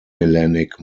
melanic